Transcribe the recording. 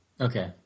Okay